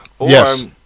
Yes